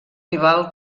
rival